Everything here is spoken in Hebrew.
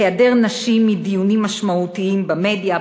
היעדר נשים מדיונים משמעותיים במדיה,